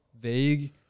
vague